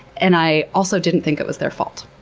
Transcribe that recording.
and i also didn't think it was their fault.